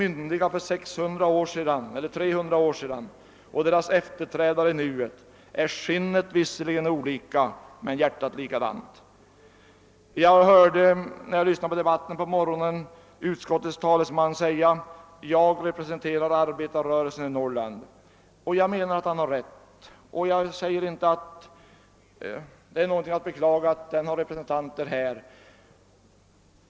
Men jämför man de myndiga för 300 år sedan och deras efterträdare i dag finner man att de visserligen är olika i skinnet, men hjärtat är likadant. När jag lyssnade till debatten i dag på morgonen hörde jag utskottets talesman säga: Jag representerar arbetarrörelsen i Norrland. Det är naturligtvis riktigt, och det är ingenting att beklaga att arbetarrörelsen i Norrland har en representant i riksdagen.